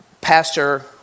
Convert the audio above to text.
pastor